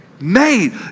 made